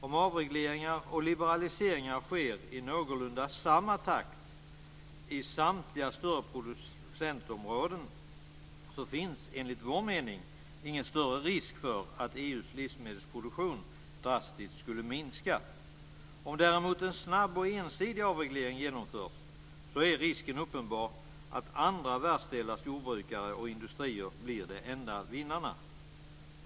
Om avregleringar och liberaliseringar sker i någorlunda samma takt i samtliga större producentområden finns enligt vår mening ingen större risk för att EU:s livsmedelsproduktion drastiskt skulle minska. Om däremot en snabb och ensidig avreglering genomförs är risken uppenbar att andra världsdelars jordbrukare och industrier blir de enda vinnarna.